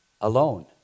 alone